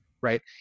right